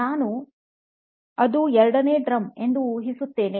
ನಾನು ಅದು ಎರಡನೇ ಡ್ರಮ್ ಎಂದು ಊಹಿಸುತ್ತೇನೆ